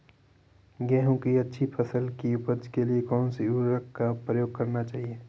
गेहूँ की अच्छी फसल की उपज के लिए कौनसी उर्वरक का प्रयोग करना चाहिए?